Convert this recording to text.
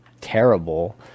terrible